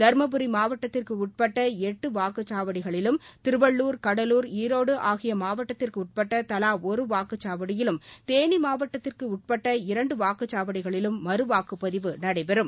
தருமரி மாவட்டத்திற்கு உட்பட்ட எட்டு வாக்குச் சாவடிகளிலும் திருவள்ளூர் கடலூர் ஈரோடு ஆகிய மாவட்டத்திற்கு உட்பட்ட தலா ஒரு வாக்குச் சாவடியிலும் தேனி மாவட்டத்திற்கு உட்பட்ட இரண்டு வாக்கு சாவடிகளிலும் மறு வாக்குப் பதிவு நடைபெறும்